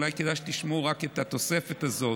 אולי כדאי שתשמעו רק את התוספת הזאת.